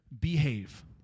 behave